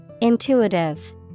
Intuitive